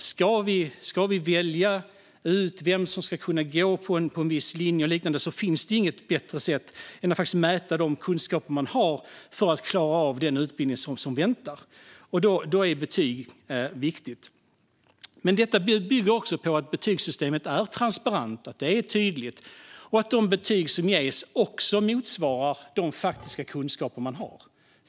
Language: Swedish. För att vi ska kunna välja ut vem som ska gå en viss linje eller liknande finns det inget bättre sätt än att mäta om de kunskaper man har är tillräckliga för att klara av den utbildning som väntar. Då är betyg viktigt. Men detta bygger också på att betygssystemet är transparent och tydligt och att de betyg som ges motsvarar de faktiska kunskaper man har.